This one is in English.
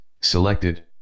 selected